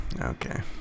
Okay